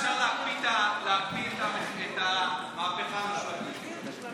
אפשר להקפיא את המהפכה המשפטית.